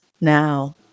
now